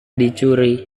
dicuri